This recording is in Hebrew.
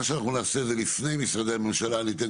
לפני משרדי הממשלה, נשמע